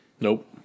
Nope